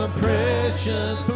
precious